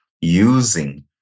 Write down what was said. using